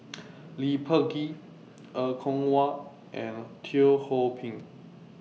Lee Peh Gee Er Kwong Wah and Teo Ho Pin